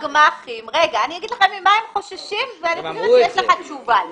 אני אומר לך ממה חוששים הגמ"חים ונראה אם יש לך תשובה לכך.